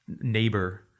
neighbor